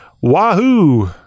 wahoo